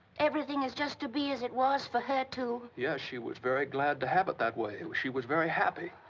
everything is just to be as it was for her too? yes, she was very glad to have it that way. she was very happy.